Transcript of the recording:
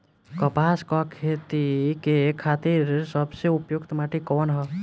कपास क खेती के खातिर सबसे उपयुक्त माटी कवन ह?